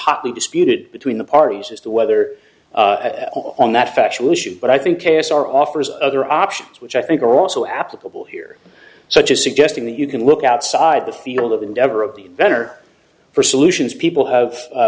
hotly disputed between the parties as to whether on that factual issue but i think a s r offers other options which i think are also applicable here such as suggesting that you can look outside the field of endeavor of the better for solutions people have